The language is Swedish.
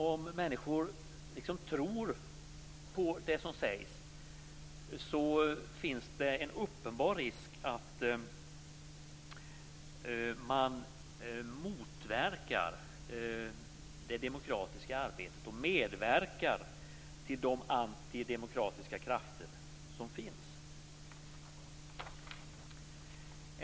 Om människor tror på det som sägs finns det en uppenbar risk att man motverkar det demokratiska arbetet och medverkar till de antidemokratiska krafter som finns.